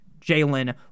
Jalen